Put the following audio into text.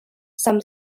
some